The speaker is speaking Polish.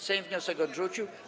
Sejm wniosek odrzucił.